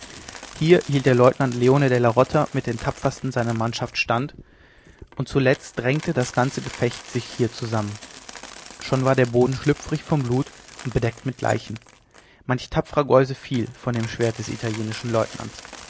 hier hielt der leutnant leone della rota mit den tapfersten seiner mannschaft stand und zuletzt drängte das ganze gefecht sich hier zusammen schon war der boden schlüpfrig von blut und bedeckt mit leichen manch wilder geuse fiel von dem schwert des italienischen leutnants